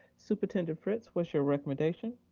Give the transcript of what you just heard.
superintendent fritz, what's your recommendation?